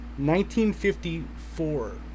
1954